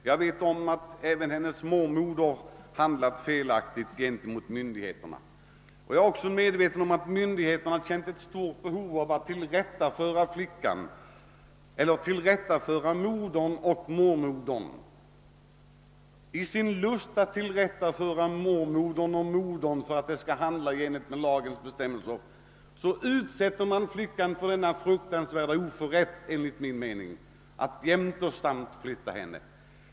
Jag känner också till att hennes mormor handlat felaktigt gentemot myndigheterna och vet också att myndigheterna känt ett starkt behov av att tillrättaföra modern och mormodern. I sin lust att tillrättaföra dessa för att de skall handla i enlighet med lagens bestämmelser utsätter de flickan för den enligt min mening fruktansvärda orätten att ständigt bli flyttad.